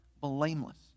blameless